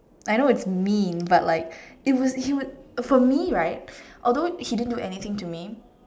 I know it's mean but like it was he would for me right although he didn't do anything to me